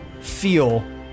feel